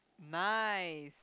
nice